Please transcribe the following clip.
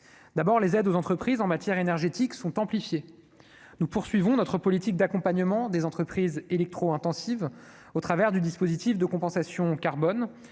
d'abord les aides aux entreprises en matière énergétique sont amplifiés, nous poursuivons notre politique d'accompagnement des entreprises électro-intensives au travers du dispositif de compensation carbone